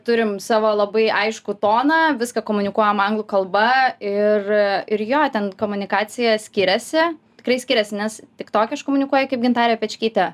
turim savo labai aiškų toną viską komunikuojam anglų kalba ir ir jo ten komunikacija skiriasi tikrai skiriasi nes tik toke aš komunikuoju kaip gintarė pečkytė